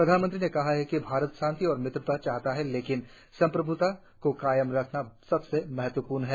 प्रधानमंत्री ने कहा कि भारत शांति और मित्रता चाहता है लेकिन संप्रभुता को कायम रखना सबसे महत्वपूर्ण है